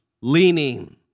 leaning